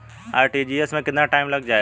RTGS में कितना time लग जाएगा?